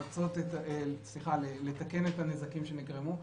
הנזקים שנגרמו.